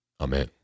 Amen